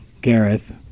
Gareth